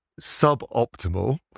suboptimal